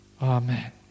Amen